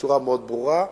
בצורה מאוד ברורה,